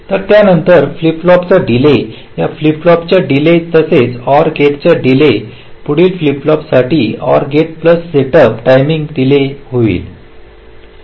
तर त्यानंतर फ्लिप फ्लॉपची डीले या फ्लिप फ्लॉपची डीले तसेच OR गेटची डीले पुढील फ्लिप फ्लॉपसाठी OR gate plus setup timing delay होईल